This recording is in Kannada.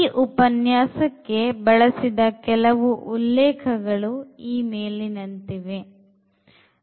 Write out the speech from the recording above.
ಈಉಪನ್ಯಾಸಕ್ಕೆ ಬಳಸಿದ ಕೆಲವು ಉಲ್ಲೇಖಗಳುಈ ಮೇಲಿನಂತಿವೆ